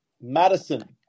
Madison